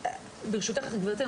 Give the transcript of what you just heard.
גברתי,